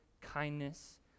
kindness